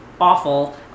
awful